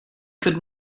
could